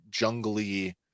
jungly